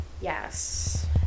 yes